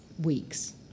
weeks